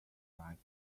correct